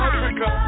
Africa